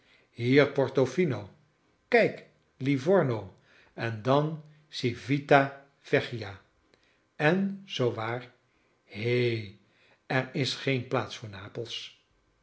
fino krjk lii vorno en dan civita vecchia en zoo waar he er is geen plaats voor napels